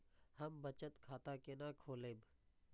हम बचत खाता केना खोलैब?